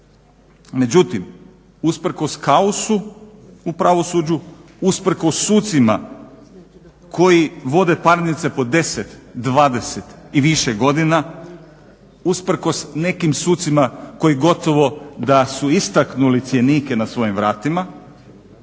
Međutim, usprkos kaosu u pravosuđu, usprkos sucima koji vode parnice po 10, 20 i više godina, usprkos nekim sucima koji gotovo da su istaknuli cjenike na svojim vratima